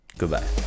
goodbye